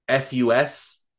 FUS